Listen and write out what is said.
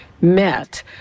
met